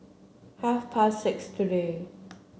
half past six today